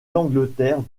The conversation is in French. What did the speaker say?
l’angleterre